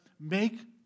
make